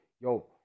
yo